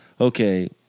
Okay